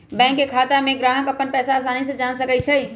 bank के खाता में ग्राहक अप्पन पैसा असानी से जान सकई छई